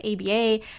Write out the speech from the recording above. ABA